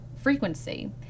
frequency